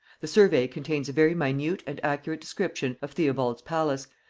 the survey contains a very minute and accurate description of theobald's palace,